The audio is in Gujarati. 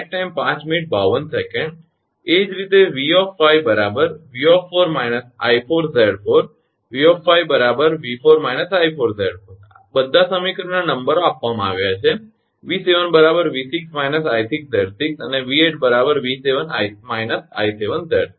એ જ રીતે 𝑉 𝑉 − 𝐼𝑍 𝑉 𝑉 − 𝐼𝑍 બધા સમીકરણના નંબરો આપવામાં આવ્યા છે 𝑉 𝑉 − 𝐼𝑍 અને 𝑉 𝑉 − 𝐼𝑍